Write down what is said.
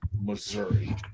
Missouri